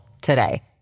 today